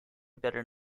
better